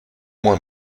moi